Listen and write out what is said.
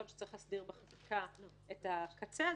יכול להיות שצריך להסדיר בחקיקה את הקצה הזה.